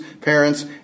parents